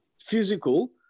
physical